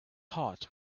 heart